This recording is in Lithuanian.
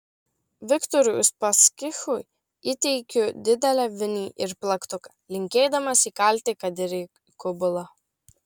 viktorui uspaskichui įteikiu didelę vinį ir plaktuką linkėdamas įkalti kad ir į kubilą